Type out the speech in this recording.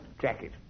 Jacket